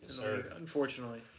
Unfortunately